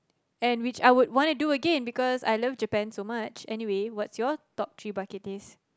and which I would want to do again because I love Japan so much anyway what is your top three bucket list